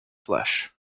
flesh